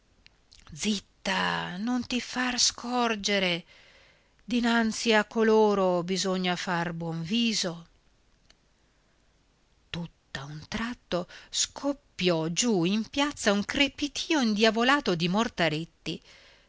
zitta non ti far scorgere dinanzi a coloro bisogna far buon viso tutt'a un tratto scoppiò giù in piazza un crepitìo indiavolato di mortaletti